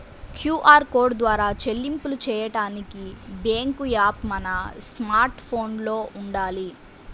QR code ద్వారా చెల్లింపులు చెయ్యడానికి బ్యేంకు యాప్ మన స్మార్ట్ ఫోన్లో వుండాలి